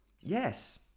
Yes